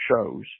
shows